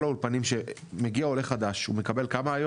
כל עולה חדש שמגיע לאולפן הוא מקבל היום כמה,